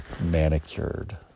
manicured